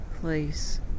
place